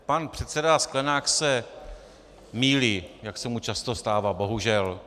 Pan předseda Sklenák se mýlí, jak se mu často stává, bohužel.